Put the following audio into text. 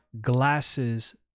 glasses